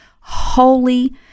holy